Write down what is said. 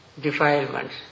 defilements